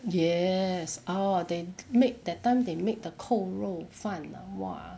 yes orh they make that time they make the 扣肉饭 ah !wah!